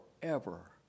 forever